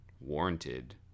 warranted